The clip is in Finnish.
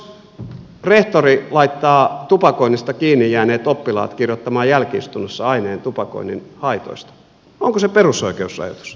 jos rehtori laittaa tupakoinnista kiinni jääneet oppilaat kirjoittamaan jälki istunnossa aineen tupakoinnin haitoista onko se perusoikeusrajoitus